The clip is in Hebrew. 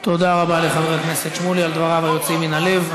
תודה רבה לחבר הכנסת שמולי על דבריו היוצאים מן הלב.